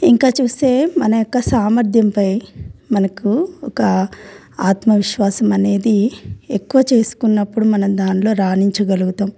ఇంకా చూస్తే మన యొక్క సామర్థ్యంపై మనకు ఒక ఆత్మవిశ్వాసం అనేది ఎక్కువ చేసుకున్నప్పుడు మనం దానిలో రాణించగలుగుతాము